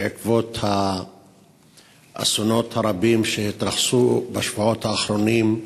בעקבות האסונות הרבים שהתרחשו בשבועות האחרונים,